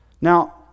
Now